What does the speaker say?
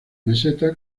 meseta